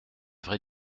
vraie